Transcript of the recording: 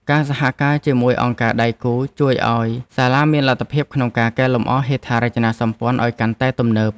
ការសហការជាមួយអង្គការដៃគូជួយឱ្យសាលាមានលទ្ធភាពក្នុងការកែលម្អហេដ្ឋារចនាសម្ព័ន្ធឱ្យកាន់តែទំនើប។